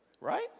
Right